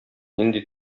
нинди